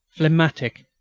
phlegmatic,